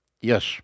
Yes